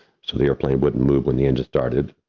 so the airplane wouldn't move when the engine started.